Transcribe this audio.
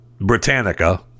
Britannica